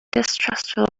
distrustful